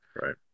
Right